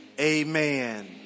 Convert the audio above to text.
amen